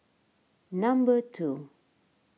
number two